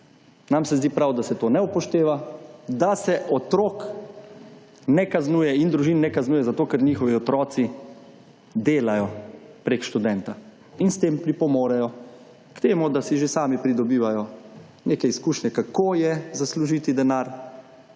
Nam se zdi prav, da se to ne upošteva, da se otrok ne kaznuje in družin ne kaznuje, zato ker njihovi otroci delajo preko študenta in s tem pripomorejo k temu, da si že sami pridobivajo neke izkušnje, kako je zaslužiti denar